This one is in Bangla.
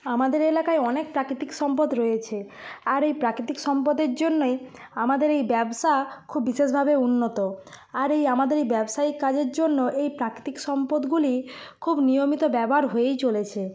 আমাদের এলাকায় অনেক প্রাকৃতিক সম্পদ রয়েছে আর এই প্রাকৃতিক সম্পদের জন্যই আমাদের এই ব্যবসা খুব বিশেষভাবে উন্নত আর এই আমাদের এই ব্যবসায়িক কাজের জন্য এই প্রাকিতিক সম্পদগুলি খুব নিয়মিত ব্যবহার হয়েই চলেছে